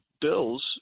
bills